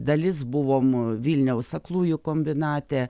dalis buvom vilniaus aklųjų kombinate